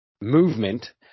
movement